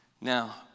Now